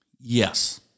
Yes